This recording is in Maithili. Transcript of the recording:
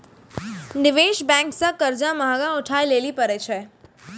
निवेश बेंक से कर्जा महगा उठाय लेली परै छै